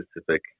specific